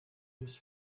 his